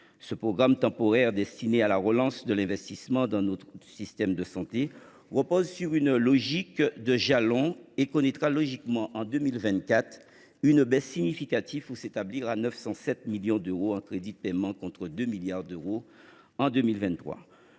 Ce programme temporaire, destiné à la relance de l’investissement dans notre système de santé, repose sur une logique de jalon et connaît logiquement, en 2024, une baisse significative pour s’établir 907 millions d’euros de crédits de paiement, contre 2 milliards d’euros en 2023.